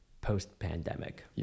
post-pandemic